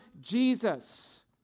Jesus